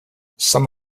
some